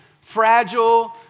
fragile